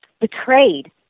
betrayed